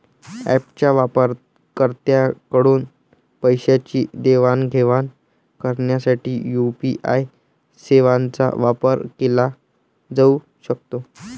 ऍपच्या वापरकर्त्यांकडून पैशांची देवाणघेवाण करण्यासाठी यू.पी.आय सेवांचा वापर केला जाऊ शकतो